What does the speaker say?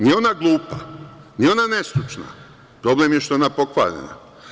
Nije ona glupa, nije ona nestručna, problem je što je ona pokvarena.